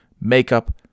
makeup